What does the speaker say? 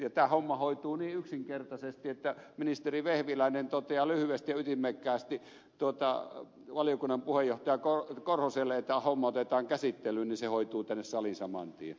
tämä homma hoituu niin yksinkertaisesti että ministeri vehviläinen toteaa lyhyesti ja ytimekkäästi valiokunnan puheenjohtajalle korhoselle että tämä homma otetaan käsittelyyn ja se hoituu tänne saliin saman tien